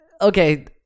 okay